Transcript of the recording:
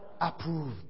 approved